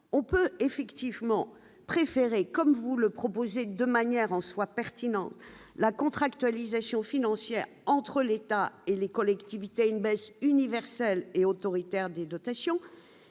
on peut effectivement préféré comme vous le proposez de manière en soit pertinente la contractualisation financière entre l'État et les collectivités une base universelle et autoritaire des dotations